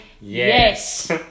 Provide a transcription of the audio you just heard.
Yes